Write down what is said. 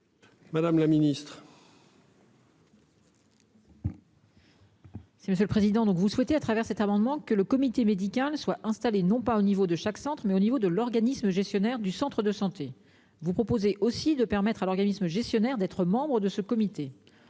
Madame la Ministre. Monsieur le Président. Donc vous souhaitez à travers cet amendement que le comité médical soit installé non pas au niveau de chaque centre mais au niveau de l'organisme gestionnaire du Centre de santé. Vous proposez aussi de permettre à l'organisme gestionnaire d'être membre de ce comité.